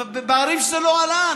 בערים שזה לא עלה.